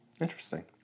Interesting